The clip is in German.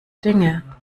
dinge